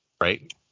Right